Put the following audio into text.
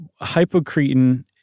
hypocretin